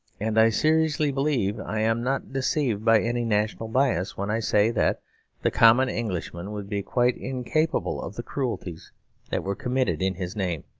and i seriously believe i am not deceived by any national bias, when i say that the common englishman would be quite incapable of the cruelties that were committed in his name.